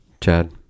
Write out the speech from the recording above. Chad